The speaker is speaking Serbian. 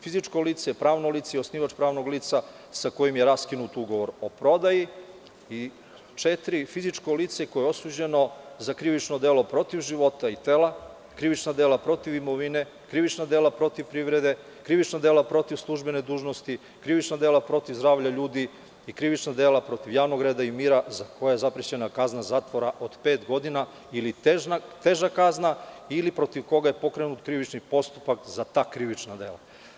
Fizičko lice, pravno lice i osnivač pravnog lica sa kojim je raskinut ugovor o prodaji i četiri, fizičko lice koje je osuđeno za krivično delo protiv života i tela, krivična dela protiv imovine, krivična dela protiv privrede, krivična dela protiv službene dužnosti, krivična dela protiv zdravlja ljudi i krivična dela protiv javnog reda mira, kojima je zaprećena kazna zatvora od pet godina ili teža kazna, ili protiv koga je pokrenut krivični postupak za ta krivična dela.